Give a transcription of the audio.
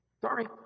Sorry